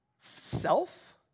Self